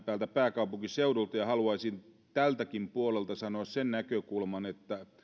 täältä pääkaupunkiseudulta ja haluaisin tältäkin puolelta sanoa sen näkökulman että